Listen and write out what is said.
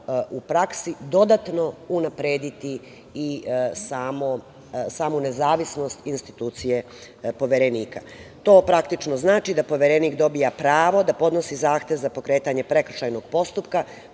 u praksi dodatno unaprediti i samu nezavisnost institucije Poverenika. To, praktično znači da Poverenik dobija pravo da podnosi zahtev za pokretanje prekršajnog postupa